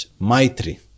Maitri